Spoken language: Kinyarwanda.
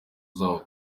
zabo